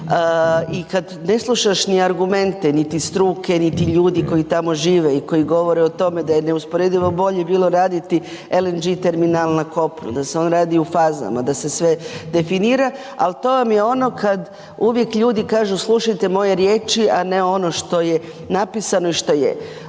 i kada ne slušaš ni argumente niti struke, niti ljudi koji tamo žive i koji govore o tome da je neusporedivo bilo bolje raditi LNG terminal na kopnu, da se on radi u fazama, da se sve definira, ali to vam je ono kada uvijek ljudi kažu slušajte moje riječi, a ne ono što je napisano i što je.